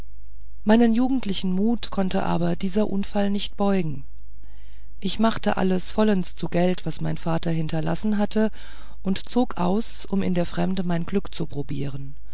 meinen jugendlichen mut konnte aber dieser unfall nicht beugen ich machte alles vollends zu geld was mein vater hinterlassen hatte und zog aus um in der fremde mein glück zu probieren